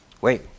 Wait